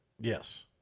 Yes